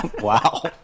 Wow